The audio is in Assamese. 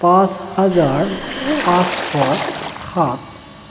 পাঁচ হাজাৰ পাঁচশ সাত